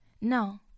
No